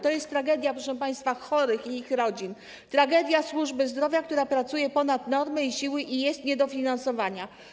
To jest tragedia, proszę państwa, chorych i ich rodzin, tragedia służby zdrowia, która pracuje ponad normy i siły i jest niedofinansowana.